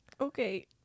Okay